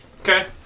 Okay